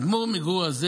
האדמו"ר מגור הזה,